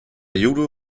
judo